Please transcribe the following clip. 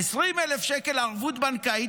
20,000 ערבות בנקאית.